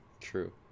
True